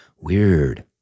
Weird